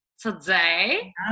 today